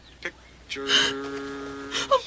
pictures